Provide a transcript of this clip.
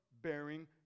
bearing